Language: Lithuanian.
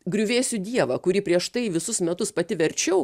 griuvėsių dievą kurį prieš tai visus metus pati verčiau